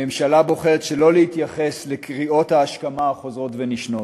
הממשלה בוחרת שלא להתייחס לקריאות ההשכמה החוזרות ונשנות.